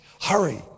Hurry